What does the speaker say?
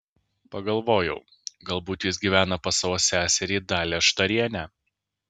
pagalvojau galbūt jis gyvena pas savo seserį dalią štarienę